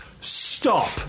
stop